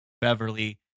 Beverly